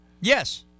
yes